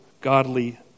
godly